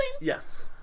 Yes